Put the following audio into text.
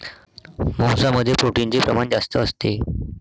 मांसामध्ये प्रोटीनचे प्रमाण जास्त असते